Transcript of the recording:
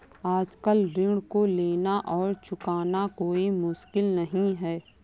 आजकल ऋण को लेना और चुकाना कोई मुश्किल नहीं है